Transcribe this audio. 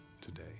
today